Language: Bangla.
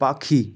পাখি